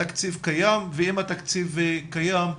התקציב קיים ואם התקציב קיים,